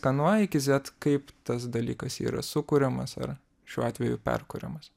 ką nuo a iki zed kaip tas dalykas yra sukuriamas ar šiuo atveju perkuriamas